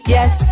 Yes